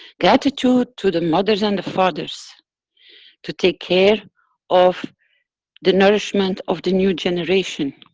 gratitude to the mothers and the fathers to take care of the nourishment of the new generation.